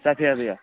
سَفید